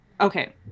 Okay